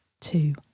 Two